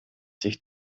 sich